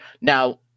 Now